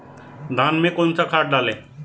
धान में कौन सा खाद डालें?